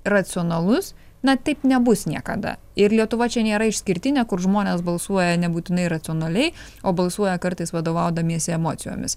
racionalus na taip nebus niekada ir lietuva čia nėra išskirtinė kur žmonės balsuoja nebūtinai racionaliai o balsuoja kartais vadovaudamiesi emocijomis